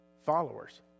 followers